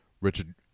Richard